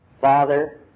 Father